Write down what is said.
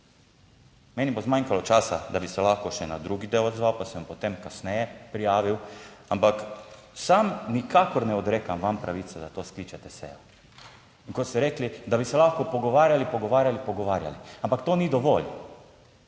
Meni bo zmanjkalo časa, da bi se lahko še na drugi del odzval, pa se bom potem kasneje prijavil, ampak sam nikakor ne odrekam vam pravice, da to skličete sejo. In ko ste rekli, da bi se lahko pogovarjali, pogovarjali, pogovarjali. Ampak to ni dovolj.